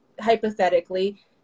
hypothetically